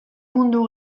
mundu